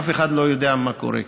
אף אחד לא יודע מה קורה כאן.